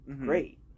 great